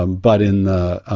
um but in the,